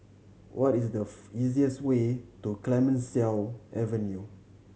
what is the easiest way to Clemenceau Avenue